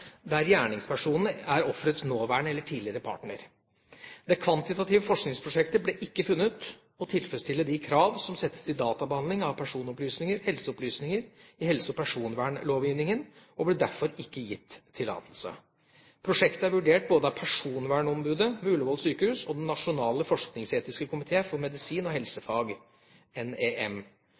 der gjerningspersonene er offerets nåværende eller tidligere partner. Det kvantitative forskningsprosjektet ble ikke funnet å tilfredsstille de krav som settes til databehandling av personopplysninger/helseopplysninger i helse- og personvernlovgivningen, og ble derfor ikke gitt tillatelse. Prosjektet er vurdert både av personvernombudet ved Ullevål universitetssykehus og Den nasjonale forskningsetiske komité for medisin og helsefag, NEM.